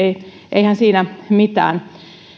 eihän siinä mitään